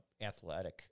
athletic